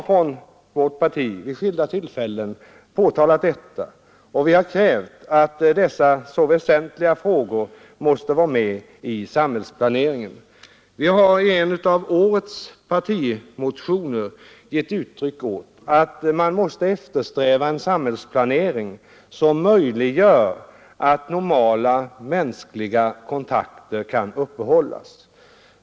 Från vårt parti har vi vid skilda tillfällen påpekat detta, och vi har krävt att dessa så väsentliga frågor måste vara med i samhällsplaneringen. I en av årets partimotioner har vi gett uttryck för att man måste eftersträva en samhällsplanering som möjliggör att normala mänskliga kontakter kan uppehållas.